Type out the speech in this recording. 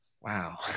wow